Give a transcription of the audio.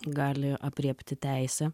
gali aprėpti teisė